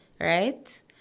Right